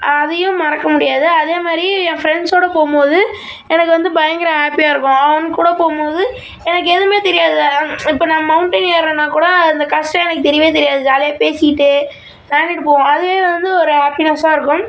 அதையும் மறக்க முடியாது அதேமாதிரி என் ஃப்ரெண்ட்ஸோடு போகும்போது எனக்கு வந்து பயங்கர ஹாப்பியாக இருக்கும் அவங்கக்கூட போகும்போது எனக்கு எதுவுமே தெரியாது வேறு இப்போ நான் மௌண்டைன் ஏறுறோம்னா கூட அந்த கஷ்டம் எனக்கு தெரியவே தெரியாது ஜாலியாக பேசிக்கிட்டே விளையாண்டுட்டு போவோம் அதுவே வந்து ஒரு ஹப்பினஸாக இருக்கும்